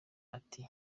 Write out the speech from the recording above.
ati